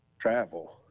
travel